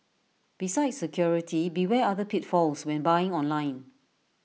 besides security beware other pitfalls when buying online